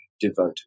devoted